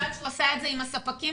אבל בתנאי שהוא עושה את זה עם הספקים